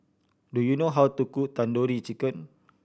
do you know how to cook Tandoori Chicken